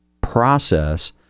process